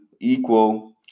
equal